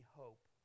hope